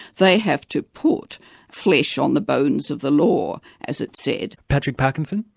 they have to put flesh on the bones of the law, as it's said. patrick parkinson?